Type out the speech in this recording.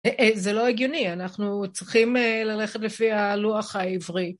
זה לא הגיוני, אנחנו צריכים ללכת לפי הלוח העברי.